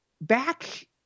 back